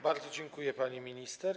Bardzo dziękuję, pani minister.